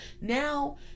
now